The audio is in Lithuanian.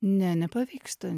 ne nepavyksta